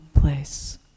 place